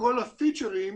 בכל הפיצ'רים,